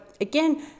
again